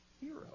hero